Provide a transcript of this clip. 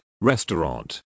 restaurant